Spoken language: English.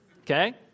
okay